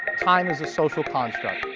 time is a social construct.